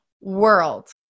world